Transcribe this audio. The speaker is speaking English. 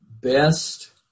best